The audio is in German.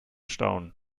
staunen